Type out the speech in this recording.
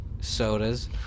sodas